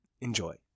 Enjoy